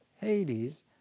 Hades